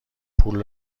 پول